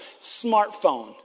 Smartphone